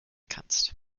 kannst